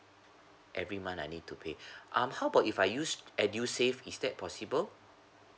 every month I need to pay um how about if I use edusave is that possible